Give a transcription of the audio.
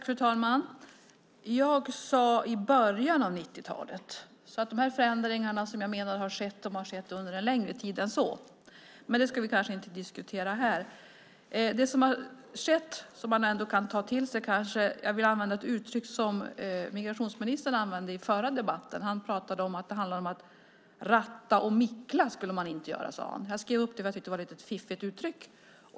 Fru talman! Jag sade i början av 90-talet. De förändringar jag menar har skett har skett under en lång tid, men det ska vi kanske inte diskutera här. Jag vill använda ett uttryck som migrationsministern använde i den förra debatten. Han pratade om att man inte skulle "ratta och mickla". Jag skrev upp det, för jag tyckte att det var ett fiffigt uttryck.